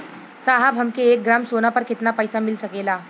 साहब हमके एक ग्रामसोना पर कितना पइसा मिल सकेला?